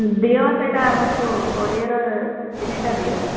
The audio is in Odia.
ଦିଅ ସେଇଟା ଆମକୁ କୋଡ଼ିଏରେ ତିନିଟା ଦିଅ